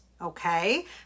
Okay